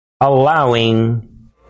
allowing